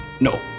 No